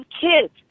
kids